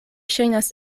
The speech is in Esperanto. ŝajnas